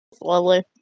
Lovely